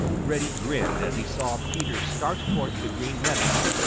reddy grinned as he saw peter start towards the green meadows.